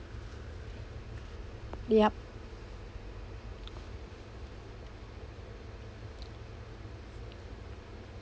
yup